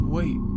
Wait